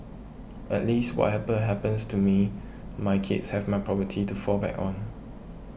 at least what happens to me my kids have my property to fall back on